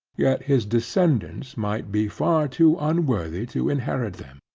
yet his descendants might be far too unworthy to inherit them.